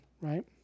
right